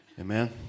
Amen